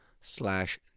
slash